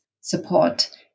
support